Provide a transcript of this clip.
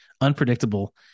unpredictable